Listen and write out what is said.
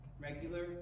regular